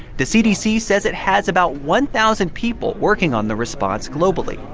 the cdc says it has about one thousand people working on the response globally.